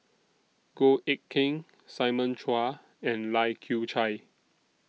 Goh Eck Kheng Simon Chua and Lai Kew Chai